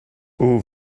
aux